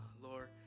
Lord